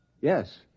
Yes